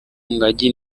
ngagi